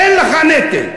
אין לך נטל.